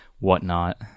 whatnot